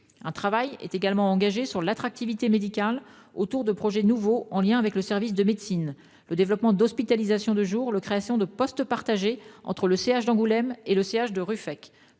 Un travail est également engagé sur l'attractivité médicale autour de projets nouveaux, en lien avec le service de médecine : développement d'hospitalisations de jour ; création de postes partagés entre le centre hospitalier d'Angoulême et celui de Ruffec.